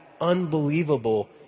unbelievable